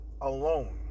alone